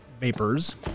vapors